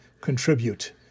contribute